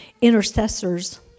intercessors